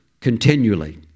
continually